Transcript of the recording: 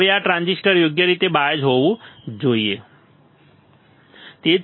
હવે આ ટ્રાન્ઝિસ્ટર યોગ્ય રીતે બાયજ્ડ હોવું જોઈએ બરાબર